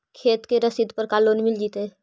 खेत के रसिद पर का लोन मिल जइतै?